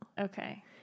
Okay